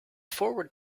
forward